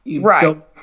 Right